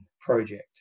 Project